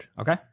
Okay